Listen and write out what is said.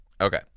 Okay